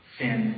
sin